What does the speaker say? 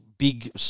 big